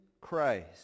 Christ